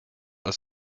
als